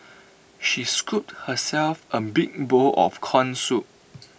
she scooped herself A big bowl of Corn Soup